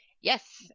Yes